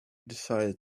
decided